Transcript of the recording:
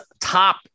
top